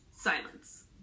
Silence